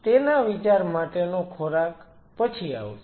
તેના વિચાર માટેનો ખોરાક પછી આવશે